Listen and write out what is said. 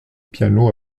piano